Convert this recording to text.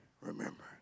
remember